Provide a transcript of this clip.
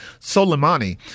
Soleimani